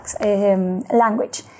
language